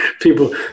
People